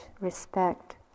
respect